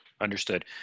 Understood